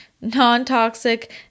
non-toxic